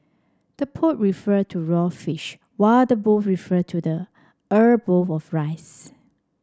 the poke refer to raw fish while the bowl refer to the er bowl of rice